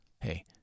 Hey